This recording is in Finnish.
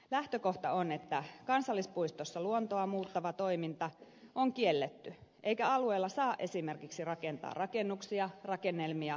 lähtökohta on että kansallispuistossa luontoa muuttava toiminta on kielletty eikä alueella saa esimerkiksi rakentaa rakennuksia rakennelmia tai teitä